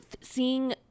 seeing